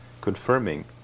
confirming